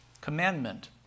commandment